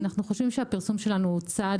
אנחנו חושבים שהפרסום שלנו הוא צעד